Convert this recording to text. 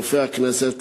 לרופא הכנסת,